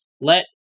let